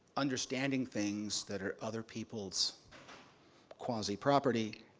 understanding things that are other people's quasi-property.